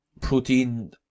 protein